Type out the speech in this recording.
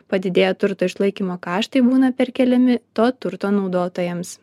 padidėja turto išlaikymo kaštai būna perkeliami to turto naudotojams